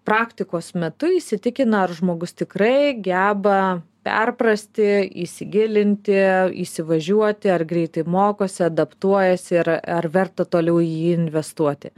praktikos metu įsitikina ar žmogus tikrai geba perprasti įsigilinti įsivažiuoti ar greitai mokosi adaptuojasi ir ar verta toliau į jį investuoti